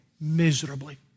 miserably